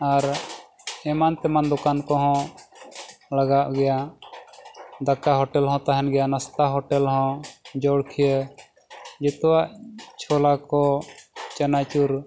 ᱟᱨ ᱮᱢᱟᱱ ᱛᱮᱢᱟᱱ ᱫᱚᱠᱟᱱ ᱠᱚᱦᱚᱸ ᱞᱟᱜᱟᱜ ᱜᱮᱭᱟ ᱫᱟᱠᱟ ᱦᱳᱴᱮᱞ ᱦᱚᱸ ᱛᱟᱦᱮᱱ ᱜᱮᱭᱟ ᱱᱟᱥᱛᱟ ᱦᱳᱴᱮᱞ ᱦᱚᱸ ᱡᱚᱲᱠᱷᱤᱭᱟᱹ ᱡᱚᱛᱚᱣᱟᱜ ᱪᱷᱚᱞᱟ ᱠᱚ ᱪᱟᱱᱟᱪᱩᱨ